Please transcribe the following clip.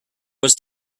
was